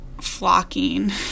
flocking